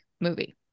movie